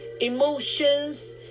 emotions